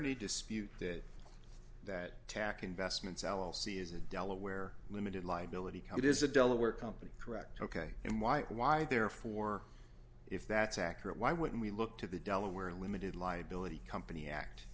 any dispute that that attack investments alcee is a delaware limited liability cut is a delaware company correct ok and why why therefore if that's accurate why wouldn't we look to the delaware limited liability company act